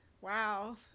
Wow